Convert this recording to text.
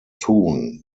tun